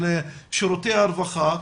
של שירותי הרווחה,